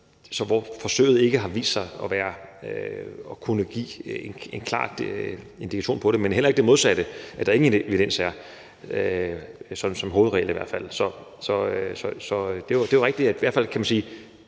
forsøget ikke har vist sig at kunne give en klar indikation på det, men heller ikke det modsatte, altså at der ingen evidens er – som hovedregel i hvert fald. Det er jo rigtigt, at man i hvert fald kan sige,